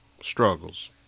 struggles